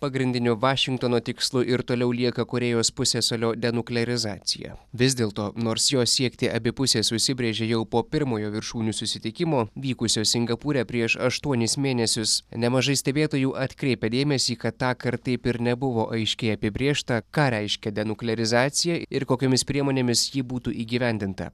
pagrindinių vašingtono tikslų ir toliau lieka korėjos pusiasalio denuklerizacija vis dėlto nors jos siekti abi pusės užsibrėžė jau po pirmojo viršūnių susitikimo vykusio singapūre prieš aštuonis mėnesius nemažai stebėtojų atkreipė dėmesį kad tąkart taip ir nebuvo aiškiai apibrėžta ką reiškia denuklerizacija ir kokiomis priemonėmis ji būtų įgyvendinta